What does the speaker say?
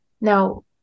Now